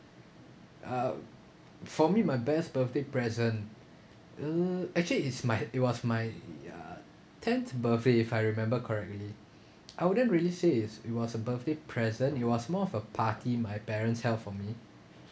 uh for me my best birthday present uh actually it's my it was my uh tenth birthday if I remember correctly I wouldn't really says it's it was a birthday present it was more of a party my parents held for me